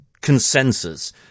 consensus